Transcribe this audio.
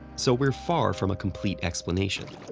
so we're far from a complete explanation.